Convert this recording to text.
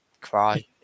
cry